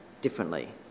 differently